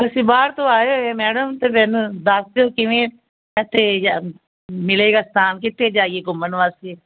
ਅਸੀਂ ਬਾਹਰ ਤੋਂ ਆਏ ਹੋਏ ਮੈਡਮ ਅਤੇ ਮੈਨੂੰ ਦੱਸ ਦਿਓ ਕਿਵੇਂ ਇੱਥੇ ਮਿਲੇਗਾ ਸਥਾਨ ਕਿੱਥੇ ਜਾਈਏ ਘੁੰਮਣ ਵਾਸਤੇ